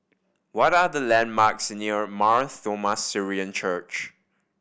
what are the landmarks near Mar Thoma Syrian Church